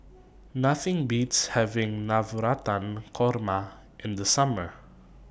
Nothing Beats having Navratan Korma in The Summer